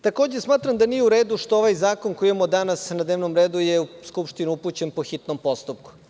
Takođe, smatram da nije u radu što ovaj zakon koji imamo danas na dnevnom redu je Skupštini upućen po hitnom postupku.